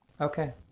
Okay